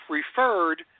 referred